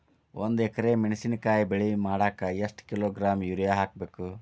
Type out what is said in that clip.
ಒಂದ್ ಎಕರೆ ಮೆಣಸಿನಕಾಯಿ ಬೆಳಿ ಮಾಡಾಕ ಎಷ್ಟ ಕಿಲೋಗ್ರಾಂ ಯೂರಿಯಾ ಹಾಕ್ಬೇಕು?